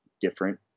different